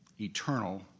eternal